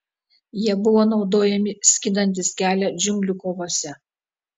jie buvo naudojami skinantis kelią džiunglių kovose